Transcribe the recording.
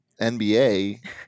NBA